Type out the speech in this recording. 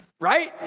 Right